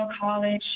college